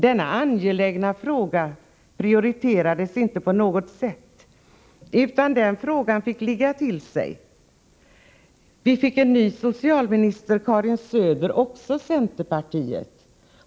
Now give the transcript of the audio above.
Denna angelägna fråga prioriterades inte på något sätt, utan den fick ligga till sig. Sedan fick vi en ny socialminister, Karin Söder, också från centerpartiet.